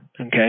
Okay